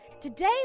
today